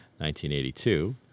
1982